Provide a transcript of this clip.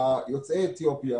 יוצאי אתיופיה